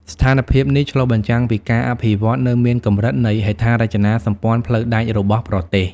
ស្ថានភាពនេះឆ្លុះបញ្ចាំងពីការអភិវឌ្ឍនៅមានកម្រិតនៃហេដ្ឋារចនាសម្ព័ន្ធផ្លូវដែករបស់ប្រទេស។